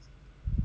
mm